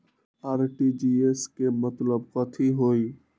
RTGS के मतलब कथी होइ?